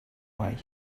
way